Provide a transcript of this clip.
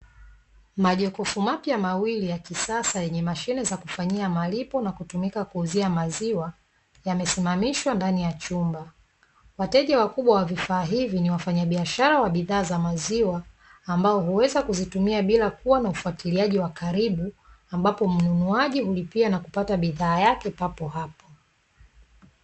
Majokofu mapya mawili ya kisasa yenye mashine za kufanyia malipo na kutumia kuuzia maziwa, yamesimamishwa ndani ya chumba. Wateja wa kubwa wa vifaa hivi ni wafanyabiashara wa bidhaa za maziwa ambao huweza kuzitumia bila kuwa na ufuatiliaji wa karibu ambapo mnunuaji hulipia na kupata bidhaa yake papo hapo.